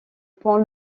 pont